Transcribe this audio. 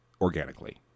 organically